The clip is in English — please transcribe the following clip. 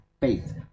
faith